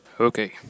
Okay